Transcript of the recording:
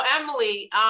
Emily